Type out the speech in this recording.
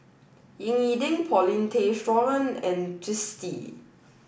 Ying E Ding Paulin Tay Straughan and Twisstii